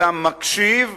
אלא מקשיב,